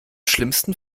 schlimmsten